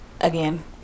again